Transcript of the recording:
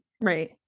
right